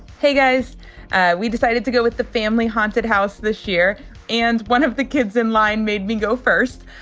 hey guys we decided to go with the family haunted house this year and one of the kids in line made me go first.